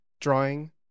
drawing